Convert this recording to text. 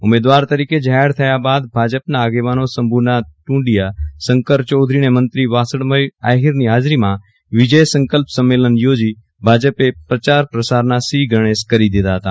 ઉમેદવાર તરીકે જાહેર થયા બાદ ભાજપના આગેવાનો શંભુનાથ ટુંડીયા શંકર ચૌધરી અને મંત્રી વાસણભાઇ આહીરની હાજરીમાં વિજય સંકલ્પ સંમેલન યોજી ભાજપે પ્રચાર પ્રસારના શ્રી ગણેશ કરી દીધા હતા